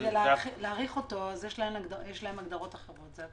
כדי להאריך אותו יש להם הגדרות אחרות.